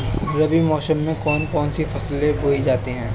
रबी मौसम में कौन कौन सी फसलें बोई जाती हैं?